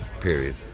period